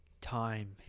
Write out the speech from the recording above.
Time